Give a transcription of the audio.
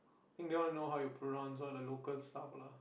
think they want to know how you pronounce all the local stuff lah